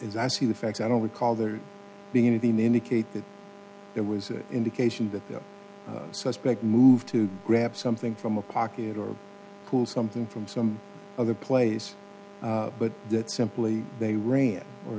see the facts i don't recall there being anything indicate that there was an indication that the suspect moved to grab something from a pocket or pull something from some other place but that simply they ran or